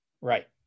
right